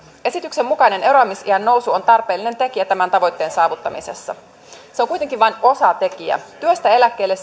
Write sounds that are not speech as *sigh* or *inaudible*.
esityksen mukainen eroamisiän nousu on tarpeellinen tekijä tämän tavoitteen saavuttamisessa se on kuitenkin vain osatekijä työstä eläkkeelle *unintelligible*